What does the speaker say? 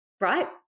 right